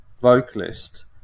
vocalist